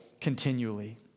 continually